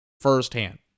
firsthand